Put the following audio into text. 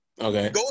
Okay